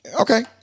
Okay